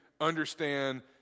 understand